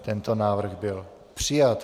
Tento návrh byl přijat.